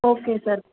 okay sir